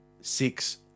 six